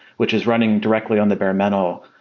which is running directly on the bare metal,